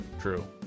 True